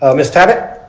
ah miss torres?